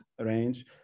range